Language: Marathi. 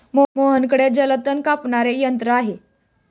मोहनकडे जलतण कापणारे यंत्र आहे